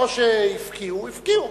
או שהפקיעו, הפקיעו.